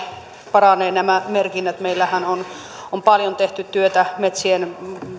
paranevat meillähän on on paljon tehty työtä metsien